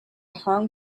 hong